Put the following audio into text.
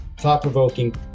thought-provoking